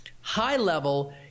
high-level